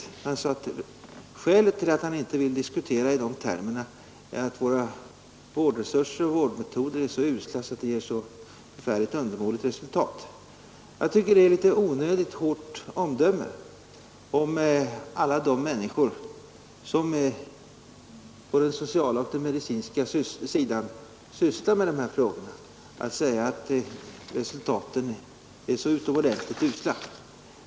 Herr Hamrin sade att skälet till att han inte vill diskutera i dessa termer är att våra vårdresurser och vårdmetoder är så usla att de ger ett mycket undermåligt resultat. Jag tycker att det är ett litet onödigt hårt omdöme om alla de människor som på den sociala och medicinska sidan sysslar med de här frågorna att säga att resultaten är så utomordentligt usla.